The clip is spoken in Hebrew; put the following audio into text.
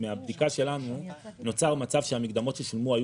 מהבדיקה שלנו נוצר מצב שהמקדמות ששולמו היו